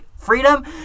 Freedom